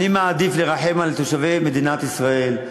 אני מעדיף לרחם על תושבי מדינת ישראל,